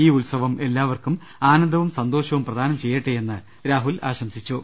ഈ ഉത്സവം എല്ലാവർക്കും ആനന്ദവും സന്തോഷവും പ്രദാനം ചെയ്യട്ടെയെന്ന് രാഹുൽ ആശംസിച്ചു